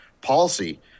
policy